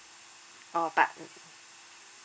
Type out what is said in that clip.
oh but mm